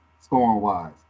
scoring-wise